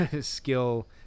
skill